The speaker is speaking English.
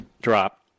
drop